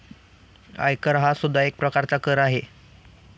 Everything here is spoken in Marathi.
आयकर हा सुद्धा एक प्रकारचा कर आहे